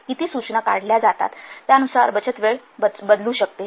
किती सूचना काढल्या जातात त्यानुसार बचत वेळ बदलू शकेल